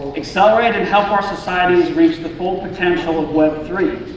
accelerate and help our societies reach the full potential of web three